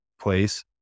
place